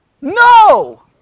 No